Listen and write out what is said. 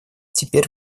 теперь